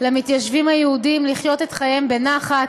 למתיישבים היהודים לחיות את חייהם בנחת,